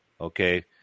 Okay